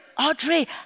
Audrey